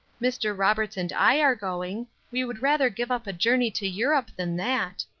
mr. roberts and i are going we would rather give up a journey to europe than that.